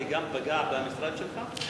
גם זה פגע במשרד שלך?